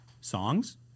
songs